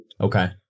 Okay